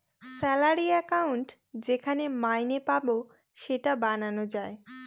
salary account যেখানে মাইনে পাবো সেটা বানানো যায়